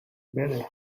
better